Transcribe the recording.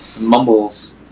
Mumbles